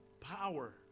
power